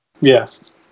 Yes